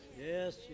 yes